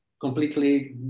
completely